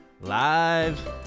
Live